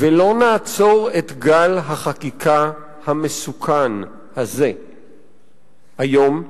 ולא נעצור את גל החקיקה המסוכן הזה היום,